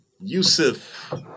Yusuf